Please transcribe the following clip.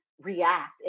react